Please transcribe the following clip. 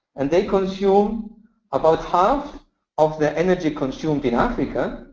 and they consume about half of the energy consumed in africa,